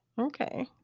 okay